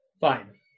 Fine